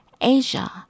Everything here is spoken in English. Asia